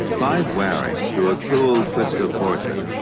clive wearing, through a cold twist of fortune,